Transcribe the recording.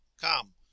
come